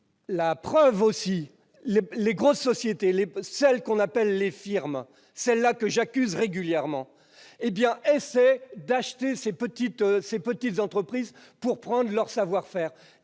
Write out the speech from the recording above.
chimiques. Les grosses sociétés, celles qu'on appelle les firmes, que j'accuse régulièrement, s'efforcent d'acheter ces petites entreprises pour prendre leur savoir-faire.